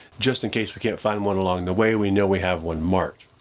just in case we can't find one along the way, we know we have one marked.